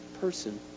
person